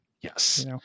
Yes